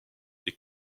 est